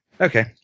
Okay